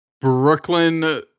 Brooklyn